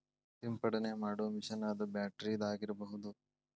ಸಿಂಪಡನೆ ಮಾಡು ಮಿಷನ್ ಅದ ಬ್ಯಾಟರಿದ ಆಗಿರಬಹುದ